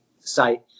site